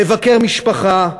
לבקר משפחה.